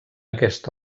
aquest